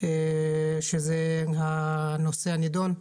שזה הנושא הנדון,